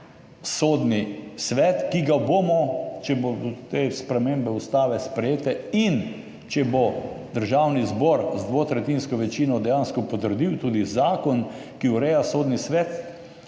Sodni svet, ki ga bomo, če bodo te spremembe ustave sprejete in če bo Državni zbor z dvotretjinsko večino dejansko potrdil tudi zakon, ki ureja Sodni svet,